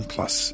Plus